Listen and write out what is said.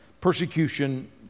persecution